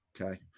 Okay